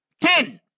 Ten